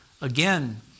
again